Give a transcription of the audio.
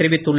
தெரிவித்துள்ளார்